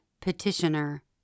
Petitioner